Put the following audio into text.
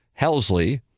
Helsley